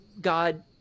God